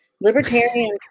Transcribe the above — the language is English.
Libertarians